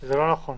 זה לא נכון.